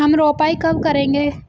हम रोपाई कब करेंगे?